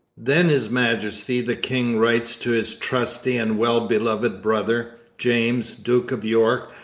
then his majesty the king writes to his trusty and well beloved brother james, duke of york,